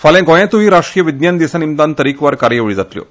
फाल्यां गोंयांतूय राष्ट्रीय विज्ञान दिसा निमतान तरेकवार कार्यावळी जातल्यो